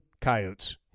Coyotes